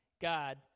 God